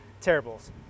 Terribles